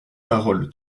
paroles